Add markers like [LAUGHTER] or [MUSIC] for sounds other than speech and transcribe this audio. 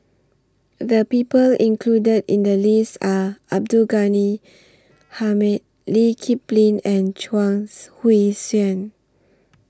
The People included in The list Are Abdul Ghani Hamid Lee Kip Lin and Chuang [UNINTELLIGIBLE] Hui Tsuan